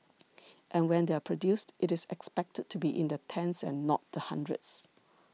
and when they are produced it is expected to be in the tens and not the hundreds